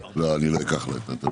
לא, אני לא אקח לה את זה.